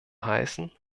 heißen